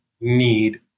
need